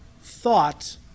thought